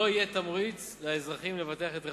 לא יהיה תמריץ לאזרחים לבטח את רכושם,